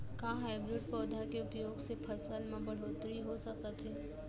का हाइब्रिड पौधा के उपयोग से फसल म बढ़होत्तरी हो सकत हे?